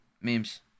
memes